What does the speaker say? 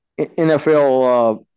NFL